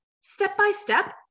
step-by-step